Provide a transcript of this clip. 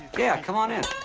yeah. come on in.